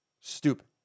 Stupid